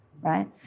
right